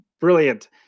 brilliant